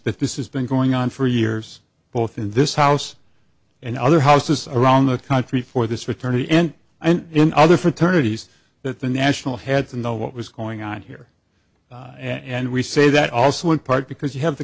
that this is been going on for years both in this house and other houses around the country for this return to the end and in other fraternities that the national heads and know what was going on here and we say that also in part because you have the